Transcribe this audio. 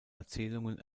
erzählungen